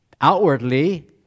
Outwardly